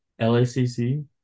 LACC